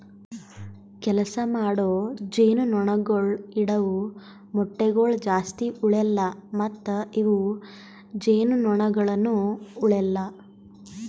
ಕೆಲಸ ಮಾಡೋ ಜೇನುನೊಣಗೊಳ್ ಇಡವು ಮೊಟ್ಟಗೊಳ್ ಜಾಸ್ತಿ ಉಳೆಲ್ಲ ಮತ್ತ ಇವು ಜೇನುನೊಣಗೊಳನು ಉಳೆಲ್ಲ